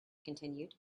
continued